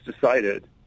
decided